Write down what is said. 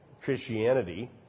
Christianity